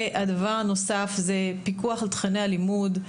הדבר הנוסף זה פיקוח על תכני הלימוד.